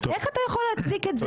איך אתה יכול להצדיק את זה?